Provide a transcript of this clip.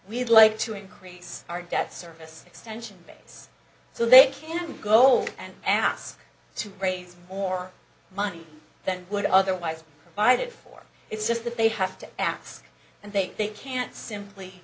we'd like to increase our debt service extension base so they can go and ask to raise more money than would otherwise bided for it's just that they have to ask and they can't simply